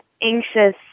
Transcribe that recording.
anxious